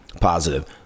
positive